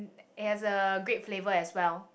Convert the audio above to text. it has a great flavour as well